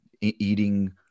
eating